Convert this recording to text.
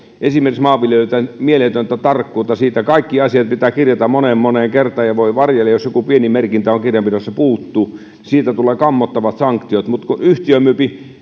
esimerkiksi maanviljelijöiltä mieletöntä tarkkuutta siinä kaikki asiat pitää kirjata moneen moneen kertaan ja voi varjele jos joku pieni merkintä kirjanpidosta puuttuu siitä tulee kammottavat sanktiot mutta kun yhtiö myy